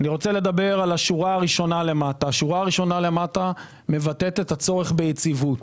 השורה פה מבטאת את הצורך ביציבות.